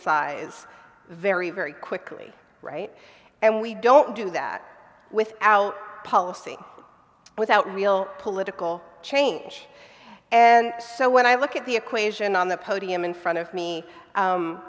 size very very quickly right and we don't do that without policy without real political change and so when i look at the equation on the podium in front of me